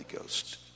Ghost